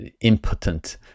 impotent